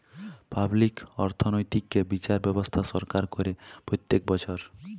public অর্থনৈতিক্যে বিচার ব্যবস্থা সরকার করে প্রত্যক বচ্ছর